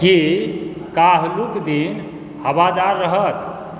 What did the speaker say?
की काल्हिके दिन हवादार रहत